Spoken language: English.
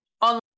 on